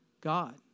God